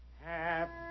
Happy